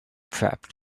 prepped